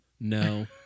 no